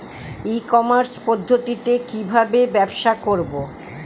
ই commerce পদ্ধতিতে কি ভাবে ব্যবসা করব?